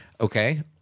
Okay